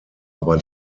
aber